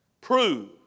Prove